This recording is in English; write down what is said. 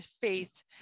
faith